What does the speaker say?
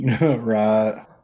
Right